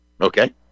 Okay